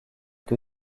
que